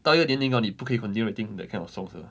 到一个年龄 hor 你不可以 continue writing that kind of songs 了